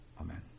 Amen